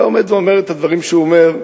היה עומד ואומר את הדברים שהוא אומר,